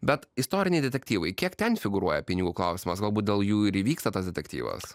bet istoriniai detektyvai kiek ten figūruoja pinigų klausimas galbūt dėl jų ir įvyksta tas detektyvas